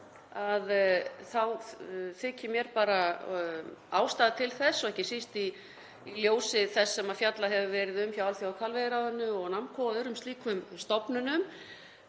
þá þykir mér bara ástæða til þess og ekki síst í ljósi þess sem fjallað hefur verið um hjá Alþjóðahvalveiðiráðinu og NAMCO og öðrum slíkum stofnunum